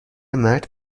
مرد